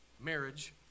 marriage